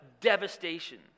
devastation